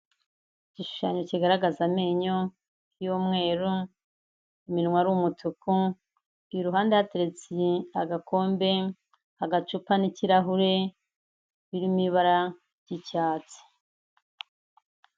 Igishushanyo kigaragaza amenyo y'umweru iminwa ari umutuku, iruhande hateretse agakombe, agacupa n'ikirahure birimo ibara ry'icyatsi.